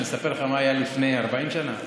שאני אספר לכם מה היה לפני 40 שנה,